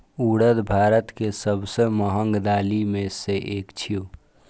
उड़द भारत के सबसं महग दालि मे सं एक छियै